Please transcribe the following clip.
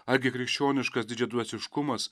argi krikščioniškas didžiadvasiškumas